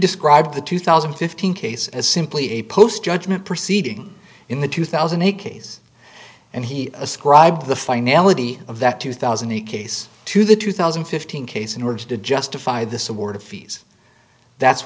described the two thousand and fifteen case as simply a post judgment proceeding in the two thousand and eight case and he ascribed the finality of that two thousand and eight case to the two thousand and fifteen case in order to justify this award of fees that's